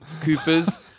coopers